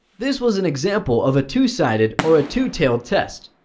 this was an example of a two-sided or a two-tailed test.